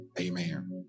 amen